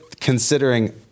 considering